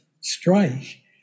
strike